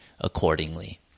accordingly